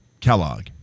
Kellogg